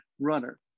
runner